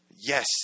Yes